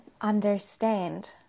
understand